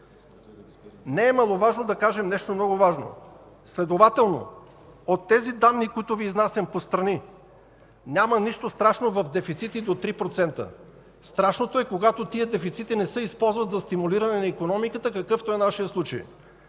Не е маловажно да кажем нещо много важно. Следователно от тези данни, които Ви изнасям по страни, няма нищо страшно в дефицити до 3%. Страшното е, когато тези дефицити не се използват за стимулиране на икономиката, какъвто е нашият случай.